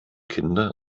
kinder